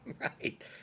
Right